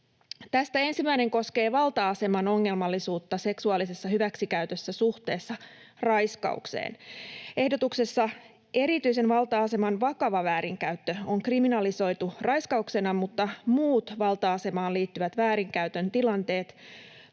Ensimmäinen koskee valta-aseman ongelmallisuutta seksuaalisessa hyväksikäytössä suhteessa raiskaukseen: Ehdotuksessa erityisen valta-aseman vakava väärinkäyttö on kriminalisoitu raiskauksena, mutta muut valta-asemaan liittyvät väärinkäytön tilanteet